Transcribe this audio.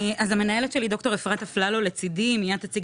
המנהלת שלי דוקטור אפרת אפללו לצדי והיא מיד תציג